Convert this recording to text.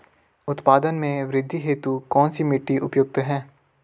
उत्पादन में वृद्धि हेतु कौन सी मिट्टी उपयुक्त है?